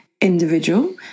individual